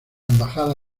embajada